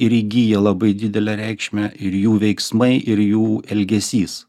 ir įgyja labai didelę reikšmę ir jų veiksmai ir jų elgesys